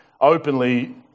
openly